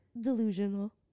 delusional